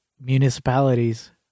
municipalities